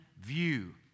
view